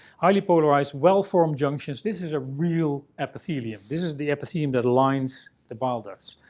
highly polarized, well-formed junctions. this is a real epithelium. this is the epithelium that lines the bile ducts.